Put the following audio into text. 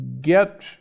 get